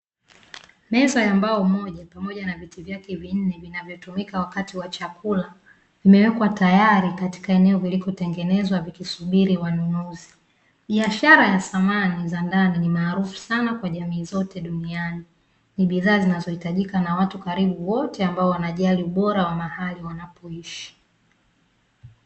Meza ya mbao moja pamoja na viti vyake vinne vinavyotumika wakati wa chakula, kimewekwa tayari katika eneo lilikotengenezwa vikisubiri wanunuzi, biashara ya samani za ndani ni maarufu sana kwa jamii zote duniani, ni bidhaa zinazohitajika na watu karibu wote ambao wanajali ubora wa mahali wanapoishi.